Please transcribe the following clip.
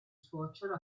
suocero